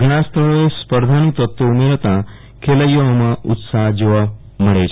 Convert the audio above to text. ઘણાં સ્થળોએ સ્પર્ધાનં તત્વ ઉમરાતા ખેલ યાઓમાં ઉત્સાહ જોવા મળે છે